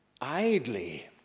idly